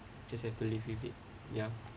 just have to live with it ya